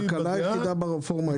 ההקלה היחידה ברפורמה הייתה הצהרת כבאות.